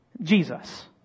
Jesus